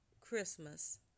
Christmas